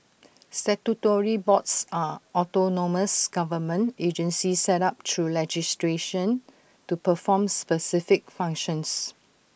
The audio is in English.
statutory boards are autonomous government agencies set up through legislation to perform specific functions